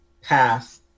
path